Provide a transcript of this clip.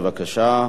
בבקשה.